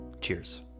cheers